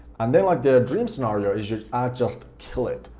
and then like the dream scenario is your ad just kill it,